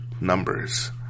numbers